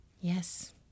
Yes